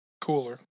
cooler